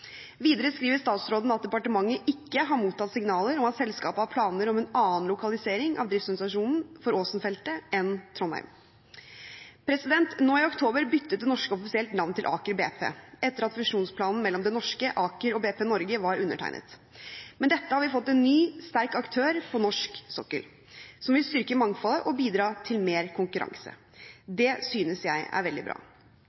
Videre skriver statsråden at departementet ikke har mottatt signaler om at selskapet har planer om en annen lokalisering av driftsorganisasjonen for Ivar Aasen-feltet enn Trondheim. Nå i oktober byttet Det norske offisielt navn til Aker BP, etter at fusjonsplanen mellom Det norske, Aker og BP Norge var undertegnet. Med dette har vi fått en ny, sterk aktør på norsk sokkel som vil styrke mangfoldet og bidra til mer konkurranse.